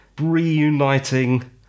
reuniting